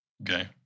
okay